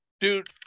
dude